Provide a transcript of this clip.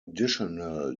additional